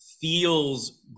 feels